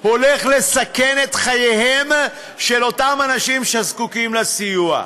הולך לסכן את חייהם של אותם אנשים שזקוקים לסיוע.